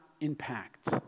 impact